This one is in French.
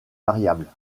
variable